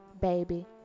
baby